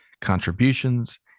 contributions